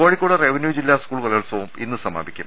Kozhikode revenue ജില്ലാ school കലോത്സവം ഇന്ന് സമാപി ക്കും